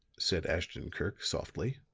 said ashton-kirk, softly.